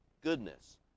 goodness